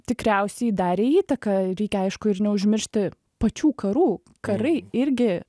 tikriausiai darė įtaką reikia aišku ir neužmiršti pačių karų karai irgi